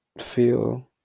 feel